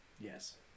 Yes